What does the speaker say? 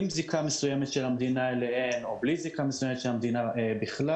עם זיקה מסוימת של המדינה אליהן או בלי זיקה מסוימת של המדינה בכלל,